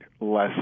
less